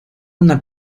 una